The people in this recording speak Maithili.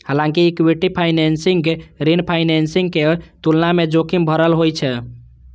हालांकि इक्विटी फाइनेंसिंग ऋण फाइनेंसिंग के तुलना मे जोखिम भरल होइ छै